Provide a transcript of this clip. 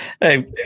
Hey